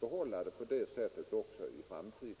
behålla denna ordning också i framtiden.